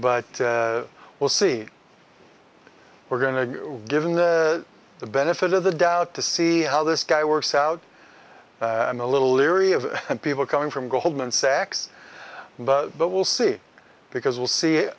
but we'll see we're going to give him the benefit of the doubt to see how this guy works out i'm a little leery of people coming from goldman sachs but we'll see because we'll see